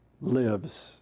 lives